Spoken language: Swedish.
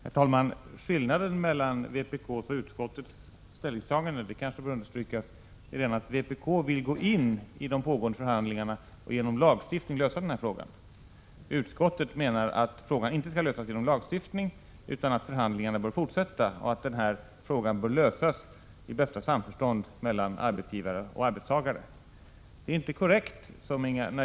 Herr talman! Skillnaden mellan vpk:s och utskottets ställningstagande — och det kanske bör understrykas — är den att vpk vill gå in i de pågående förhandlingarna och genom lagstiftning lösa frågan. Utskottet menar att frågan inte skall lösas genom lagstiftning, utan att förhandlingarna bör fortsätta och frågan bör lösas i bästa samförstånd mellan arbetsgivare och arbetstagare.